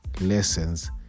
lessons